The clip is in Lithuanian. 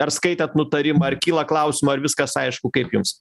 ar skaitėt nutarimą ar kyla klausimų ar viskas aišku kaip jums